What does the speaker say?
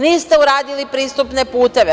Niste uradili pristupne puteve.